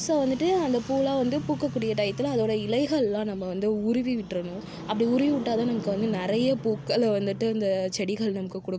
so வந்துட்டு அந்த பூவெலாம் வந்து பூக்கக்கூடிய டயத்தில் அதோடய இலைகள்லாம் நம்ம வந்து உருவி விட்றனும் அப்படி உருவி விட்டால்தான் நமக்கு வந்து நிறைய பூக்களை வந்துட்டு அந்த செடிகள் நமக்கு கொடுக்கும்